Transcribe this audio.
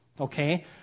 okay